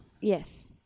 Yes